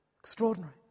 Extraordinary